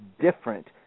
different